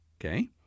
okay